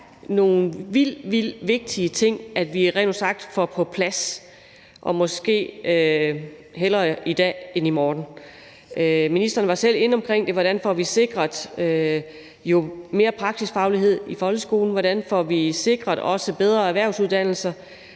nogle vildt vigtige ting, som vi rent ud sagt får på plads – og måske hellere i dag end i morgen. Ministeren var selv inde omkring det, altså hvordan vi får sikret mere praksisfaglighed i folkeskolen, og hvordan vi også får sikret bedre erhvervsuddannelser.